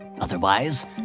Otherwise